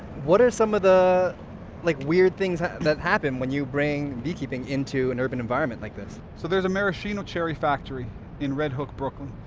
what are some of the like weird things that happen when you bring beekeeping into an urban environment like this? so there's a maraschino cherry factory in red hook, brooklyn.